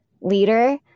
leader